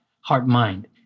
heart-mind